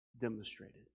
demonstrated